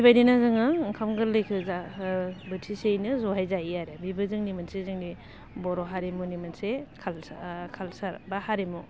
बेबादिनो जोङो ओंखाम गोरलैखौ जा बोथिसेयैनो जहोय जायो आरो बिबो जोंनि मोनसे जोंनि बर' हारिमुनि मोनसे खालसार खालसार बा हारिमु